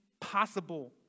possible